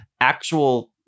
actual